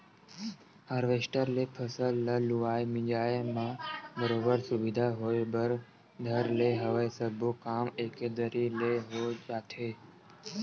harvester ले फसल ल लुवाए मिंजाय म बरोबर सुबिधा होय बर धर ले हवय सब्बो काम एके दरी ले हो जाथे